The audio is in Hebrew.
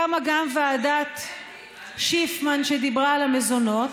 קמה גם ועדת שיפמן, שדיברה על המזונות.